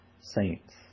saints